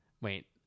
Wait